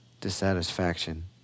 dissatisfaction